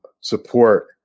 support